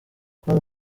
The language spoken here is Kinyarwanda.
com